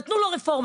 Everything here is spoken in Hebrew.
נתנו לו רפורמה,